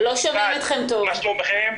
מה שלומכם?